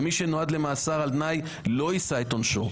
ומי שנדון למאסר על תנאי "לא יישא את עונשו",